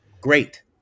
great